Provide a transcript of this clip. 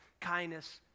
Kindness